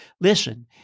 Listen